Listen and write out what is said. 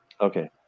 Okay